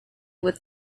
with